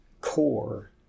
core